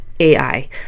AI